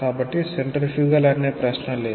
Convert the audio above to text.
కాబట్టి సెంట్రిఫ్యూగల్ అనే ప్రశ్నే లేదు